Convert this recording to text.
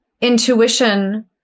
intuition